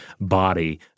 body